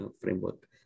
framework